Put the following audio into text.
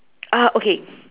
uh okay